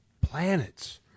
planets